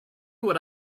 what